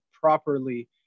properly